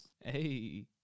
Hey